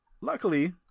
Luckily